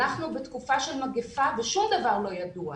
אנחנו בתקופה של מגפה ושום דבר לא ידוע.